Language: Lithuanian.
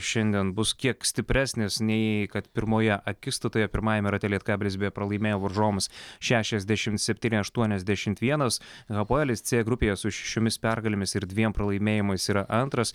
šiandien bus kiek stipresnis nei kad pirmoje akistatoje pirmajame rate lietkabelis beje pralaimėjo varžovams šešiasdešim septyni aštuoniasdešimt vienas hapoelis c grupėje su šešiomis pergalėmis ir dviem pralaimėjimais yra antras